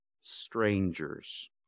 strangers